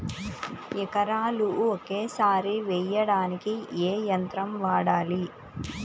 ఎకరాలు ఒకేసారి వేయడానికి ఏ యంత్రం వాడాలి?